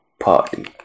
Partly